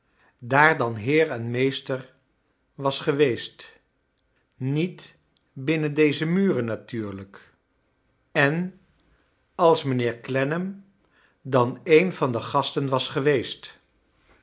daar dan heer en meester was geweest niet binnen deze muren natnnrlijk en als mijnheer clennam dan een van de gasten was geweest